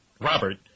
Robert